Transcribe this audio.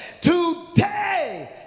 Today